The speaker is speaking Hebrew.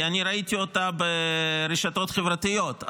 כי אני ראיתי אותה ברשתות חברתיות,